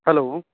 hello